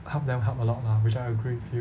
help them help a lot lah which I agree with you